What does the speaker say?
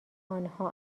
آنها